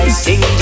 sing